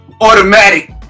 automatic